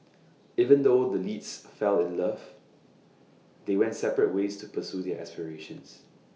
even though the leads fell in love they went separate ways to pursue their aspirations